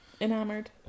Enamored